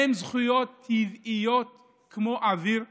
הן זכויות טבעיות כמו אוויר לנשימה,